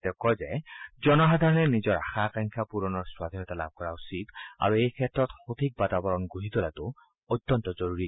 তেওঁ কয় যে জনসাধাৰণে নিজৰ আশা আকাংক্ষা পূৰণৰ স্বাধীনতা লাভ কৰা উচিত আৰু এই ক্ষেত্ৰত সঠিক বাতাবৰণ গঢ়ি তোলাটো অত্যন্ত জৰুৰী